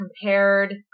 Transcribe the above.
compared